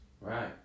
Right